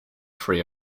free